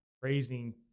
praising